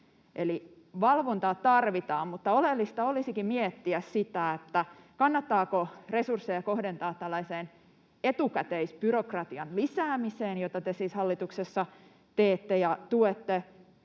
valvontaa tarvitaan, mutta oleellista olisikin miettiä, kannattaako resursseja kohdentaa tällaisen etukäteisbyrokratian lisäämiseen, jota te siis hallituksessa teette ja tuette,